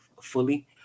fully